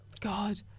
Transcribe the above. god